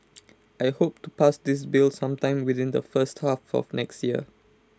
I hope to pass this bill sometime within the first half of next year